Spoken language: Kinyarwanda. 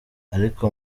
ariko